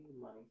money